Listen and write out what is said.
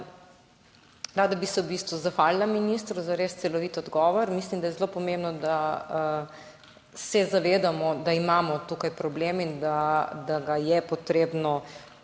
Rada bi se v bistvu zahvalila ministru za res celovit odgovor. Mislim, da je zelo pomembno, da se zavedamo, da imamo tukaj problem in da ga je potrebno